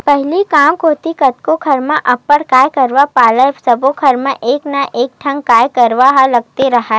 पहिली गांव कोती कतको घर म अब्बड़ गाय गरूवा पालय सब्बो घर म बरोबर एक ना एकठन गाय गरुवा ह लगते राहय